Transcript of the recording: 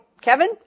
Kevin